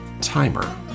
timer